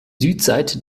südseite